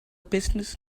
business